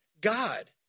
God